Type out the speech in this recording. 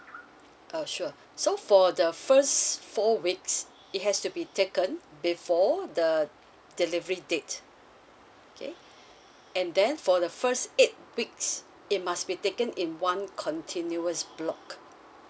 uh sure so for the first four weeks it has to be taken before the delivery date okay and then for the first eight weeks it must be taken in one continuous block